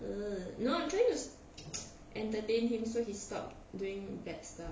uh no I'm trying to entertain him so he stop doing bad stuff